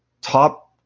top